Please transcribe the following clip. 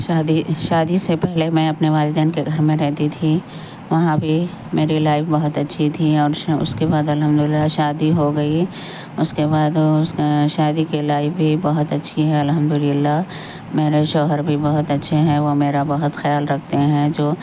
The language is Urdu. شادی شادی سے پہلے میں اپنے والدین کے گھر میں رہتی تھی وہاں بھی میری لائف بہت اچھی تھی اور اس کے بعد الحمد للہ شادی ہوگئی اس کے بعد شادی کی لائف بھی بہت اچھی ہے الحمد للہ میرے شوہر بھی بہت اچھے ہیں وہ میرا بہت خیال رکھتے ہیں جو